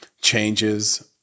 changes